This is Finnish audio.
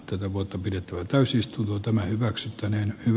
tätä vuotta pidetä täysistunto tämä hyväksyttäneen v